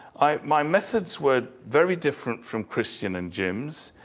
my methods were very different from christian and jim's.